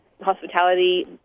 hospitality